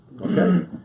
Okay